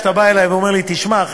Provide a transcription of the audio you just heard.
כשאתה בא אלי ואומר לי: תשמע,